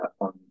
on